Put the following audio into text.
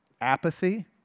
apathy